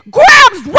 grabs